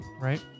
Right